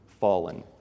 fallen